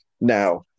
Now